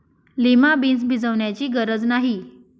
lima beans भिजवण्याची गरज नाही